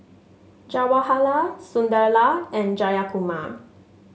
Jawaharlal Sunderlal and Jayakumar